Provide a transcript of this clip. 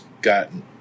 gotten